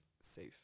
safe